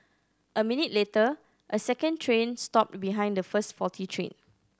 a minute later a second train stopped behind the first faulty train